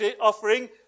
offering